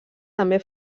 també